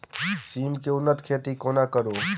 सिम केँ उन्नत खेती कोना करू?